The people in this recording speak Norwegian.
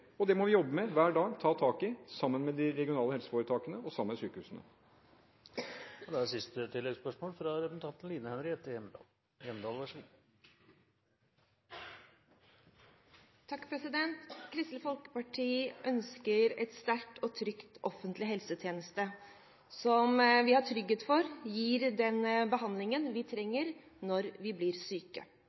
Det må vi jobbe med hver dag, ta tak i sammen med de regionale helseforetakene og sammen med sykehusene. Line Henriette Hjemdal – til siste oppfølgingsspørsmål. Kristelig Folkeparti ønsker en sterk og trygg offentlig helsetjeneste som vi har trygghet for gir den behandlingen vi trenger når vi blir syke.